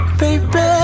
baby